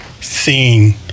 seeing